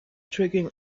tricking